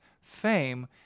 fame